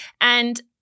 and-